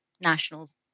nationals